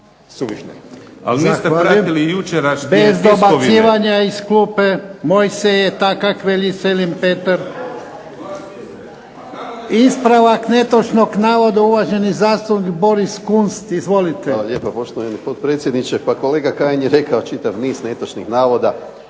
(HDZ)** Bez dobacivanja iz klupe. Mojsije je tak kak veli Selem Petar. Ispravak netočnog navoda uvaženi zastupnik Boris Kunst. Izvolite. **Kunst, Boris (HDZ)** Hvala lijepa poštovani potpredsjedniče. Pa kolega Kajin je rekao čitav niz netočnih navoda.